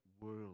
world